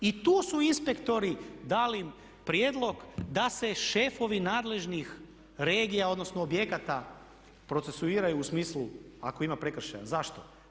I tu su inspektori dali prijedlog da se šefovi nadležnih regija, odnosno objekata procesuiraju u smislu ako ima prekršaja, zašto?